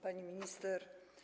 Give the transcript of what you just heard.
Pani Minister!